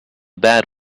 bad